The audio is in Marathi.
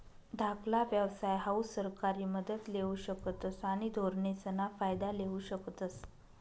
धाकला व्यवसाय हाऊ सरकारी मदत लेवू शकतस आणि धोरणेसना फायदा लेवू शकतस